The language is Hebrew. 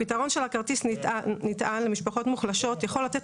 הפתרון של הכרטיס הנטען למשפחות מוחלשות יכול לתת